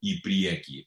į priekį